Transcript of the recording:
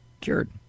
cured